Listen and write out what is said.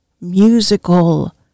musical